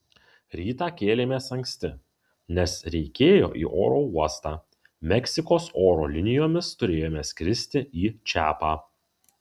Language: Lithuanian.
rytą kėlėmės anksti nes reikėjo į oro uostą meksikos oro linijomis turėjome skristi į čiapą